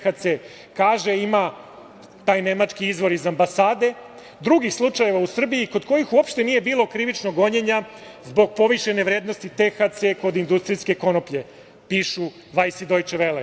Kaže taj nemački izvor iz ambasade da ima i drugih slučajeva u Srbiji kod kojih uopšte nije bilo krivičnog gonjenja zbog povišene vrednosti THC-a kod industrijske konoplje, pišu „Vajs“ i „Dojče vele“